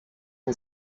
ihm